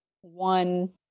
one